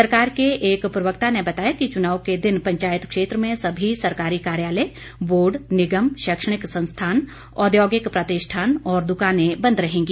सरकार के प्रवक्ता ने बताया कि चुनाव के दिन पंचायत क्षेत्र में सभी सरकारी कार्यालय बोर्ड निगम शैक्षणिक संस्थान औद्योगिक प्रतिष्ठान और दुकाने बंद रहेंगी